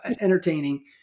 entertaining